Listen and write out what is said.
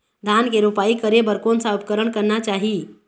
धान के रोपाई करे बर कोन सा उपकरण करना चाही?